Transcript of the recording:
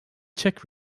czech